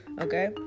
okay